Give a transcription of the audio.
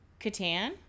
Catan